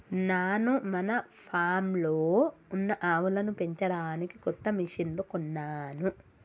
నాను మన ఫామ్లో ఉన్న ఆవులను పెంచడానికి కొత్త మిషిన్లు కొన్నాను